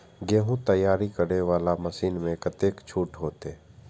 गेहूं तैयारी करे वाला मशीन में कतेक छूट होते?